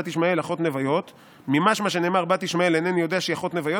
ישמעאל אחות נביות' ממשמע שנאמר בת ישמעאל איני יודע שהיא אחות נביות,